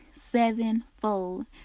sevenfold